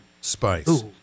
spice